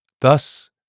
Thus